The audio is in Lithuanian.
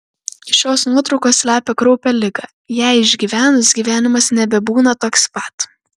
šios nuotraukos slepia kraupią ligą ją išgyvenus gyvenimas nebebūna toks pat